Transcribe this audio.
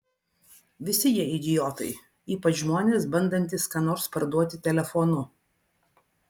visi jie idiotai ypač žmonės bandantys ką nors parduoti telefonu